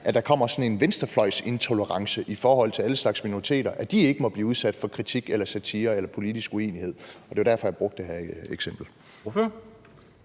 at der kommer sådan en venstrefløjsintolerance i forhold til alle slags minoriteter, altså at de ikke må blive udsat for kritik eller satire eller politisk uenighed. Det var derfor, jeg brugte det her eksempel.